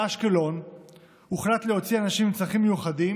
באשקלון הוחלט להוציא אנשים עם צרכים מיוחדים,